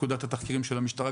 פקודת התחקירים של המשטרה,